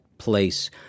Place